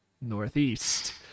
northeast